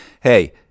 Hey